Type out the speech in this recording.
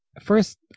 first